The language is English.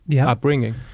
upbringing